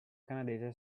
canadese